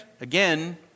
again